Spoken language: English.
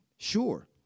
Sure